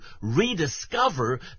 rediscover